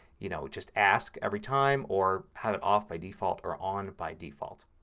you know, just ask every time, or have it off by default or on by default.